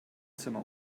zimmer